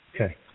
Okay